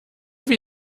wie